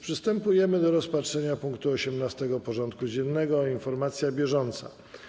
Przystępujemy do rozpatrzenia punktu 18. porządku dziennego: Informacja bieżąca.